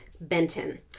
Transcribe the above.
Benton